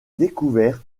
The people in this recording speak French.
découvert